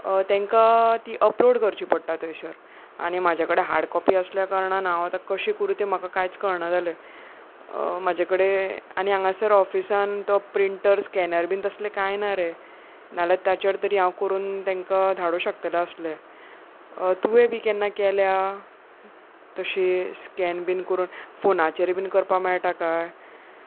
तांकां ती अपलोड करची पडटा थंयसर आनी म्हजे कडेन हार्ड कॉपी आसल्या कारणान हांव आतां कशें करूं तें म्हाका कांयच कळना जालें म्हजे कडेन आनी हांगासर ऑफिसान तो प्रिंटर स्कॅनर बीन तसलें कांय ना रे नाल्यार ताचेर तरी हांव करून तांकां धाडूं शकता आसलें तुवें बी केन्ना केल्या तशी स्कॅन बीन करून फोनाचेरूय बीन करपा मेळटा काय